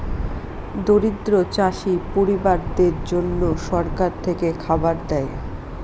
দরিদ্র চাষী পরিবারদের জন্যে সরকার থেকে খাবার দেয়